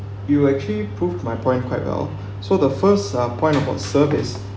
you actually proved my point quite well so the first uh point about serve is